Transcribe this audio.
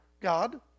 God